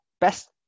best